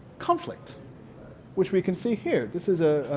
conflict which we can see here. this is ah